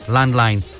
Landline